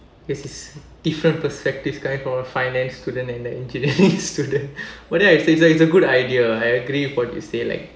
this is different perspective guy for a finance student and the engineering student what did I say it's it's a good idea I agree with what you say like